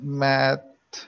math